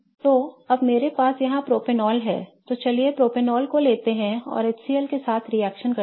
तो अब मेरे पास यहाँ propanol है तो चलिए propanol को लेते हैं और HCl के साथ रिएक्शन करते हैं